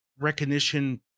recognition